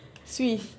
switch